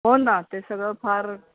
हो ना ते सगळं फार